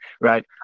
right